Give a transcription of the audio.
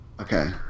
Okay